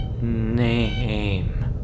Name